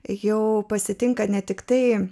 jau pasitinka ne tiktai